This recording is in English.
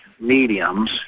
mediums